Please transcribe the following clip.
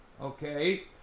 okay